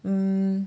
um